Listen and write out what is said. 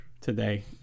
today